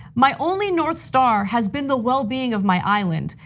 my only north star has been the well-being of my island.